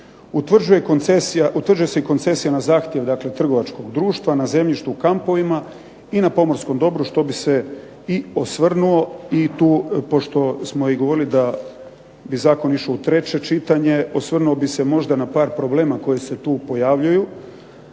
Utvrđuje se i koncesija na zahtjev, dakle trgovačkih društva, na zemljište u kampovima i na pomorskom dobru što bih se i osvrnuo i tu pošto smo i govorili da bi zakon išao u treće čitanje. Osvrnuo bih se možda na par problema koja se tu pojavljuju,